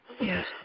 Yes